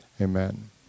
amen